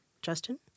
Justin